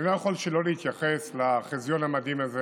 אני לא יכול שלא להתייחס לחיזיון המדהים הזה